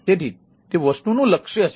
તેથી તે વસ્તુનું લક્ષ્ય છે